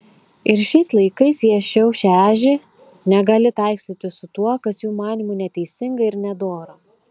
ir šiais laikais jie šiaušia ežį negali taikstytis su tuo kas jų manymu neteisinga ir nedora